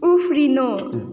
उफ्रिनु